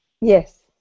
Yes